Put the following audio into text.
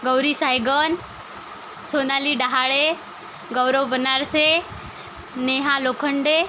Gauri Saigan Sonali Dahale Gaurav Banarase Neha Lokhande